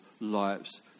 lives